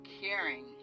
caring